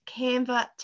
Canva